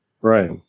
Right